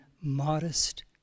modest